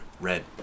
red